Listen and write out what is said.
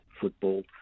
football